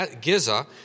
Giza